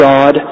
God